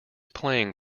playing